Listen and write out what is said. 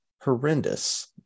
horrendous